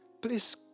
Please